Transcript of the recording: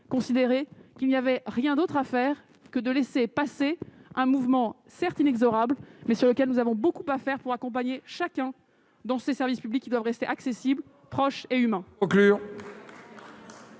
considéré qu'il n'y avait rien d'autre à faire que de laisser passer un mouvement certes inexorable, mais sur lequel nous avons beaucoup à faire pour accompagner chacun dans ses services publics qui doivent rester accessible proche et humain.